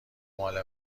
مال